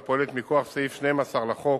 הפועלת מכוח סעיף 12 לחוק,